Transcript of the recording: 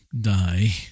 die